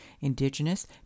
Indigenous